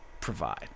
provide